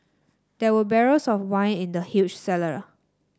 there were barrels of wine in the huge cellar